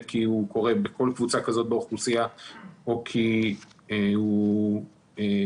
כי הוא קורה בכל קבוצה כזו באוכלוסייה או כי הוא רלוונטי